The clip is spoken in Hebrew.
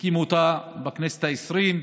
הקימו אותה בכנסת העשרים,